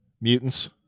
Mutants